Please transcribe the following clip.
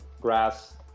grass